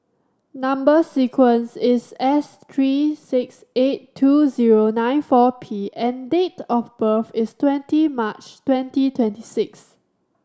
number sequence is S three six eight two zero nine four P and date of birth is twenty March twenty twenty six